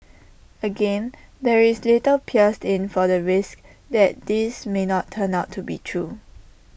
again there is little pierced in for the risk that this may not turn out to be true